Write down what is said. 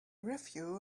review